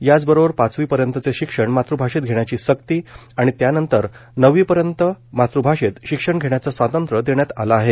याचबरोबर पाचवी पर्यंतचे शिक्षण मातृभाषेत घेण्याची सक्ती आणि त्यानंतर नववी पर्यंत मातृभाषेत शिक्षण घेण्याचं स्वातंत्र्य देण्यात आलं आहे